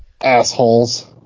Assholes